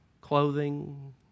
Clothing